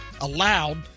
allowed